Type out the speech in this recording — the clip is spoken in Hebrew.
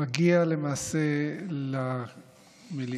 מגיע למעשה למליאה,